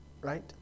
Right